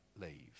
leave